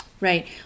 Right